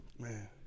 Man